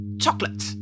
Chocolate